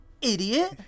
Idiot